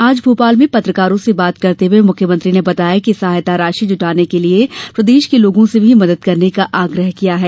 आज भोपाल में पत्रकारों से बात करते हुए मुख्यमंत्री ने बताया कि सहायता राशि जुटाने के लिये प्रदेश के लोगों से भी मदद करने का आग्रह किया है